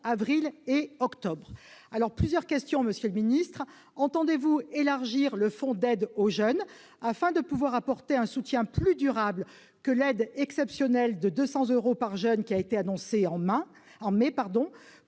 avril et octobre. Monsieur le secrétaire d'État, entendez-vous élargir le fonds d'aide aux jeunes afin de pouvoir apporter un soutien plus durable que l'aide exceptionnelle de 200 euros par jeune qui a été annoncée en mai ?